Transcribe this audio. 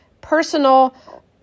personal